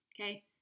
Okay